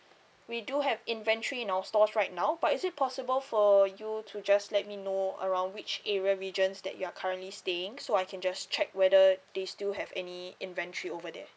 we do have inventory in our stores right now but is it possible for you to just let me know around which area regions that you are currently staying so I can just check whether they still have any inventory over there